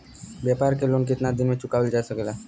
व्यापार के लोन कितना दिन मे चुकावल जा सकेला?